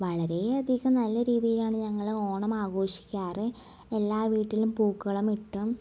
വളരെ അധികം നല്ല രീതീലാണ് ഞങ്ങളോണം ആഘോഷിക്കാറ് എല്ലാ വീട്ടിലും പൂക്കളമിട്ടും